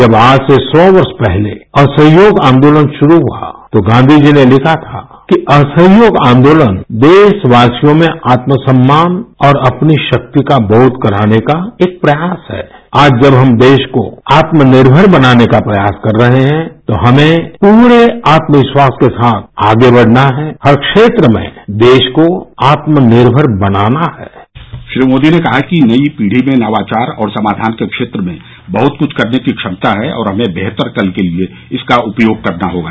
जब आज से सौ वर्ष पहले असहयोग आंदोलन शुरू हुआ तो गांवी जी ने लिखा था कि असहयोग आन्दोलन देशवासियों में आलसम्मान और अपनी शक्ति का बोघ कराने का एक प्रयास है च आज जब हम देश को आत्ननिर्भर बनाने का प्रयास कर रहे हैं तो हमें पूरे आत्मविश्वास के साथ आगे बढ़ना है हर क्षेत्र में देश को आत्मनिर्गर बनाना है श्री मोदी ने कहा कि नई पीढ़ी में नवाचार और समाधान के क्षेत्र में बहत कृछ करने की क्षमता है और हमें बेहतर कल के लिए इसका उपयोग करना होगा